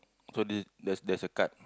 so this there's there's a card